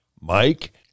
Mike